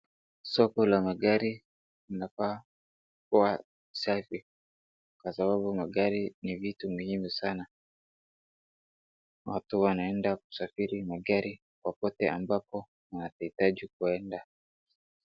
Soko la magari linapaswa kuwa safi kwasababu magari ni vitu muhimu sana. Watu wanaenda kusafiri Kwa magari popote ambapo wanahitaji kuenda.